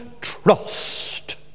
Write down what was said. trust